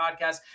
podcast